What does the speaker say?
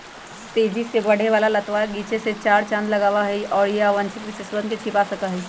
तेजी से बढ़े वाला लतवा गीचे में चार चांद लगावा हई, और अवांछित विशेषतवन के छिपा सका हई